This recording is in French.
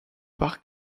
par